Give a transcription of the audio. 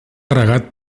regat